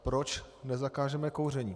Proč nezakážeme kouření?